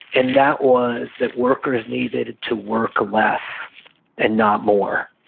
and that was that workers needed to work less and not more.